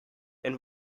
and